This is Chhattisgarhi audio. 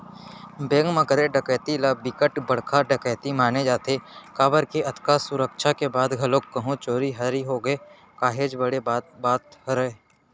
बेंक म करे डकैती ल बिकट बड़का डकैती माने जाथे काबर के अतका सुरक्छा के बाद घलोक कहूं चोरी हारी होगे काहेच बड़े बात बात हरय